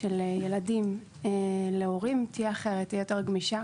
של ילדים להורים תהיה אחרת, תהיה יותר גמישה